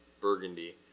Burgundy